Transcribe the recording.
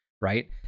right